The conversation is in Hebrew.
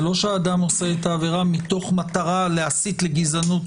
זה לא שאדם עושה את העבירה מתוך מטרה להסית לגזענות.